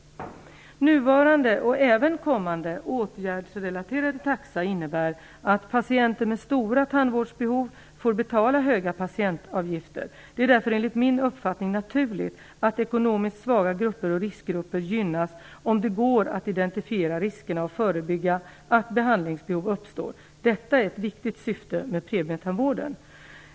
Nuvarande och även kommande åtgärdsrelaterade taxa innebär att patienter med stora tandvårdsbehov får betala höga patientavgifter. Det är därför enligt min uppfattning naturligt att ekonomiskt svaga grupper och riskgrupper gynnas, om det går att identifiera riskerna och förebygga att behandlingsbehov uppstår. Detta är ett viktigt syfte med premietandvården.